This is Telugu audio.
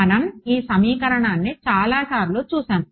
మనం ఈ సమీకరణాన్ని చాలాసార్లు చూశాము